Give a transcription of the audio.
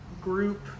group